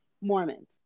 Mormons